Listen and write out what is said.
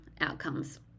outcomes